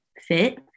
Fit